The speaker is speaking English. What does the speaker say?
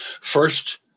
first